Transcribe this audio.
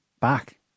back